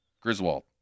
Griswold